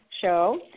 show